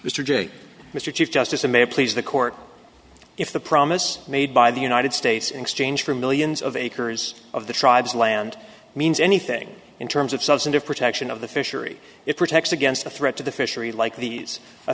mr jay mr chief justice and may please the court if the promise made by the united states in exchange for millions of acres of the tribes land means anything in terms of substantive protection of the fishery it protects against a threat to the fishery like